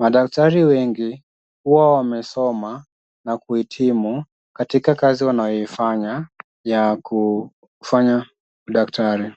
Madaktari wengi huwa wamesoma na kuhitimu katika kazi wanaoifanya ya kufanya udaktari.